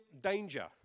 danger